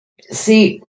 See